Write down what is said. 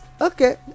Okay